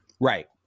right